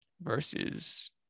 versus